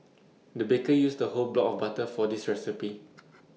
the baker used the whole block of butter for this recipe